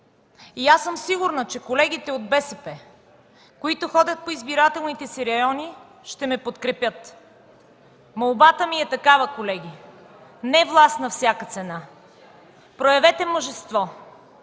И аз съм сигурна, че колегите от БСП, които ходят по избирателните си райони, ще ме подкрепят. Молбата ми е такава, колеги – не власт на всяка цена, проявете мъжество,